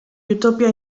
utopia